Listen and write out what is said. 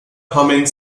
humming